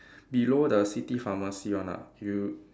below the city pharmacy one ah you